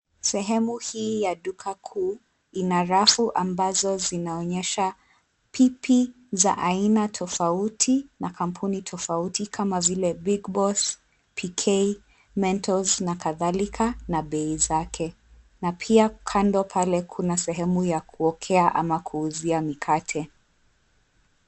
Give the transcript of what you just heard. Sehemu hii ya duka kuu ina rafu ambazo zinaonyesha pipi za aina tofauti na kampuni tofauti kama vile cs[big boss, pk, mentos]cs na kadhalika na bei zake, na pia kando pale kuna sehemu ya kuokea au kuuzia mikate.